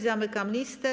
Zamykam listę.